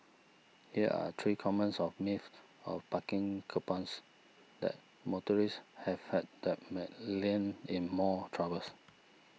here are three commons of myths of parking coupons that motorists have had that may land in more troubles